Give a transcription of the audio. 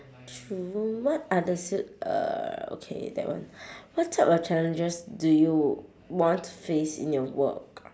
true what are the s~ er okay that one what type of challenges do you want to face in your work